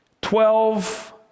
Twelve